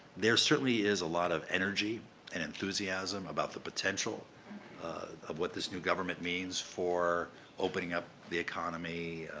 there certainly is a lot of energy and enthusiasm about the potential of what this new government means for opening up the economy,